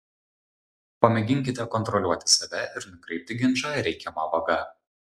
pamėginkite kontroliuoti save ir nukreipti ginčą reikiama vaga